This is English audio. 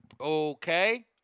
Okay